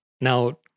Now